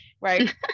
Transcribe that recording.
right